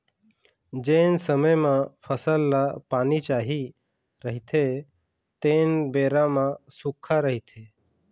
जेन समे म फसल ल पानी चाही रहिथे तेन बेरा म सुक्खा रहिथे